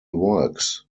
works